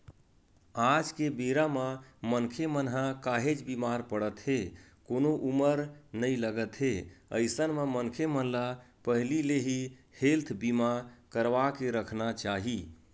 आज के बेरा म मनखे मन ह काहेच बीमार पड़त हे कोनो उमर नइ लगत हे अइसन म मनखे मन ल पहिली ले ही हेल्थ बीमा करवाके रखना चाही